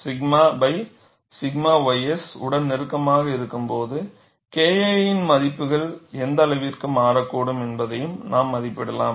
𝛔 𝛔 ys உடன் நெருக்கமாக இருக்கும்போது KI இன் மதிப்புகள் எந்த அளவிற்கு மாறக்கூடும் என்பதையும் நாம் மதிப்பிடலாம்